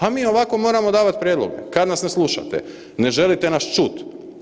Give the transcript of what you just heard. A mi ovako moramo davati prijedloge kad nas ne slušate, ne želite nas čuti.